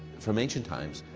from ancient times,